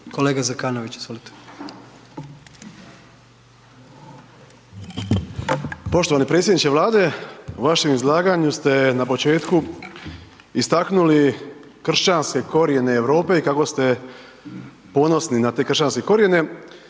Kolega Zekanović, izvolite.